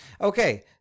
Okay